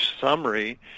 summary